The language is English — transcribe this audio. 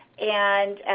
and